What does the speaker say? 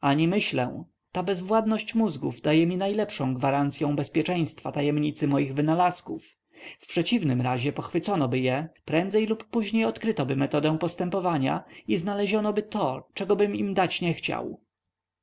ani myślę owszem ta bezwładność mózgów daje mi najlepszą gwarancyą bezpieczeństwa tajemnicy moich wynalazków w przeciwnym razie pochwyconoby je prędzej lub później odkrytoby metodę postępowania i znalezionoby to czegobym im dać nie chciał